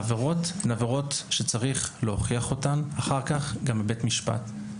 העבירות הן עבירות שצריך להוכיח אותן אחר כך גם בבית משפט.